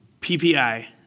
PPI